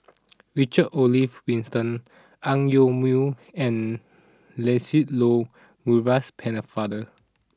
Richard Olaf Winston Ang Yoke Mooi and Lancelot Maurice Pennefather